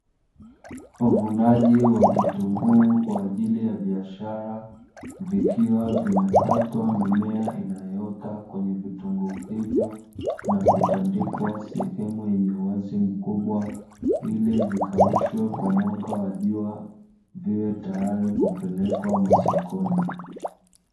Uvunaji wa vitunguu kwa ajili ya biashara vikiwa inaitwa mimea inayotoa kwenye vitunguu hivyo na kutandikwa sehemu yenye uwazi mkubwa ili vikaushwe kwa mwanga wa jua viwe tayari kupelekwa masokoni.